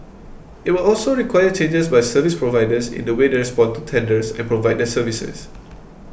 it will also require changes by service providers in the way they respond to tenders and provide their services